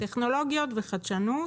לגבי טכנולוגיות וחדשנות,